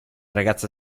ragazza